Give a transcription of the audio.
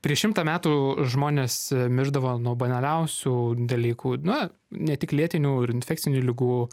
prieš šimtą metų žmonės mirdavo nuo banaliausių dalykų na ne tik lėtinių ir infekcinių ligų